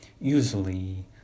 usually